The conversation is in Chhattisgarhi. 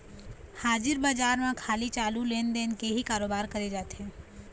हाजिर बजार म खाली चालू लेन देन के ही करोबार करे जाथे